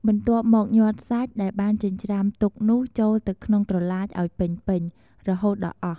បន្ទាប់មកញាត់សាច់ដែលបានចិញ្រ្ចាំទុកនោះចូលទៅក្នុងត្រឡាចឱ្យពេញៗរហូតដល់អស់។